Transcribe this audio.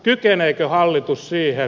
kykeneekö hallitus siihen